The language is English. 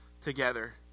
together